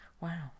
Wow